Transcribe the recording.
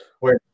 Wait